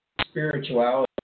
spirituality